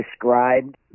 described